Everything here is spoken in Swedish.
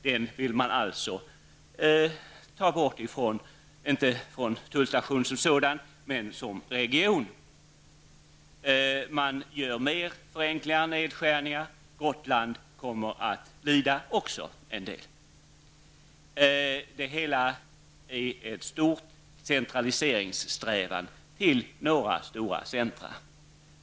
Man vill trots detta avskaffa Helsingborg som region, om också inte som tullstation. Man gör också mer av förenklingar och nedskärningar. Även Gotland kommer i viss mån att bli lidande. Det är fråga om en strävan till centralisering till några stora orter.